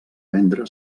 vendre